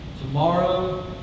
Tomorrow